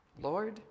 Lord